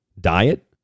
Diet